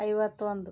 ಐವತ್ತೊಂದು